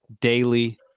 Daily